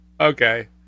Okay